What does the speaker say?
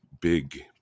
big